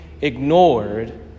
ignored